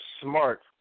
smart